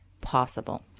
possible